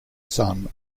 son